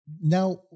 now